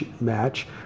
match